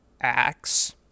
axe